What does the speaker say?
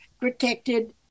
protected